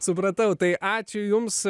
supratau tai ačiū jums